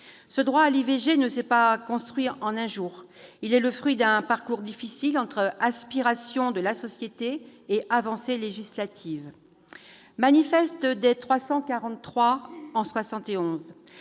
Ce droit à l'IVG ne s'est pas construit en un seul jour. Il est le fruit d'un parcours difficile, entre aspirations de la société et avancées législatives : le manifeste des 343 en 1971